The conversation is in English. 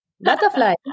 butterfly